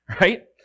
right